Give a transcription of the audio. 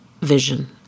vision